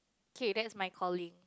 K that's my calling